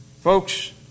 Folks